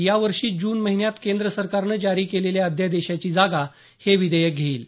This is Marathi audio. या वर्षी जून महिन्यात केंद्र सरकारनं जारी केलेल्या अध्यादेशाची जागा हे विधेयक घेईल